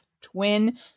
twin